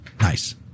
Nice